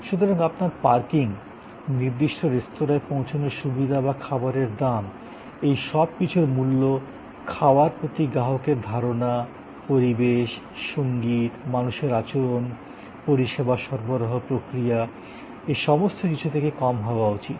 সুতরাং আপনার পার্কিং নির্দিষ্ট রেস্তোরাঁয় পৌঁছানোর সুবিধা বা খাবারের দাম এই সব কিছুর মূল্য খাওয়ার প্রতি গ্রাহকের ধারণা পরিবেশ সংগীত মানুষের আচরণ পরিষেবা সরবরাহ প্রক্রিয়া এর সমস্ত কিছু থেকে কম হওয়া উচিত